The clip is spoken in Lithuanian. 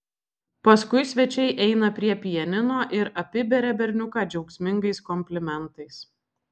paskui svečiai eina prie pianino ir apiberia berniuką džiaugsmingais komplimentais